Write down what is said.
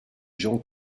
gens